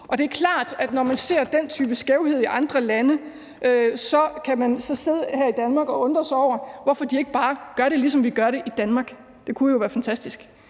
Det er klart, at når man ser den type skævhed i andre lande, kan man sidde her i Danmark og undre sig over, hvorfor de ikke bare gør det, ligesom vi gør det i Danmark. Det kunne jo være fantastisk